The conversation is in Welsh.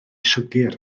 siwgr